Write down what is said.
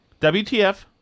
WTF